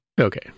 Okay